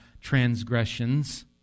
transgressions